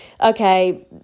okay